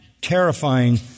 terrifying